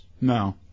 No